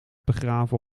begraven